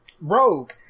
Rogue